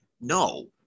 no